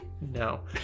No